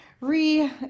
re